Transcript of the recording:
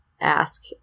ask